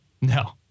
No